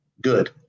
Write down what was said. good